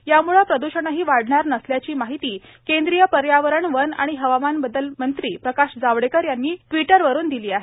याम्ळे प्रदूषणही वाढणार नसल्याची माहिती केंद्रीय पर्यावरण वन आणि हवामान बदल मंत्री प्रकाश जावडेकर यांनी ट्विटरवरुन दिली आहे